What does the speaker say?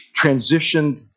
transitioned